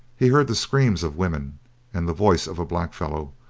he heard the screams of women and the voice of a blackfellow,